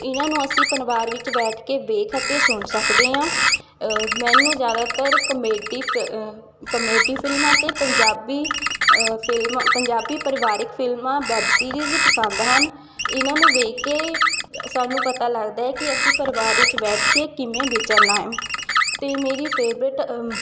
ਇਹਨਾਂ ਨੂੰ ਅਸੀਂ ਪਰਿਵਾਰ ਵਿੱਚ ਬੈਠ ਕੇ ਵੇਖ ਅਤੇ ਸੁਣ ਸਕਦੇ ਹਾਂ ਮੈਨੂੰ ਜ਼ਿਆਦਾਤਰ ਕਮੇਡੀ ਕਮੇਡੀ ਫਿਲਮਾਂ ਅਤੇ ਪੰਜਾਬੀ ਫਿਲਮ ਪੰਜਾਬੀ ਪਰਿਵਾਰਿਕ ਫਿਲਮਾਂ ਵੈਬ ਸੀਰੀਜ਼ ਪਸੰਦ ਹਨ ਇਹਨਾਂ ਨੂੰ ਵੇਖ ਕੇ ਸਾਨੂੰ ਪਤਾ ਲੱਗਦਾ ਹੈ ਕਿ ਅਸੀਂ ਪਰਿਵਾਰ ਵਿੱਚ ਬੈਠ ਕੇ ਕਿਵੇਂ ਵਿਚਰਨਾ ਹੈ ਅਤੇ ਮੇਰੀ ਫੇਵਰੇਟ